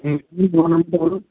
বলুন